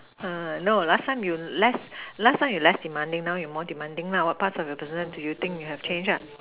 err no last time you less last time you less demanding now you more demanding lah what parts of your personality do you think you have changed ah